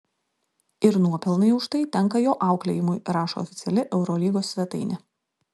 ir nuopelnai už tai tenka jo auklėjimui rašo oficiali eurolygos svetainė